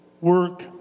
work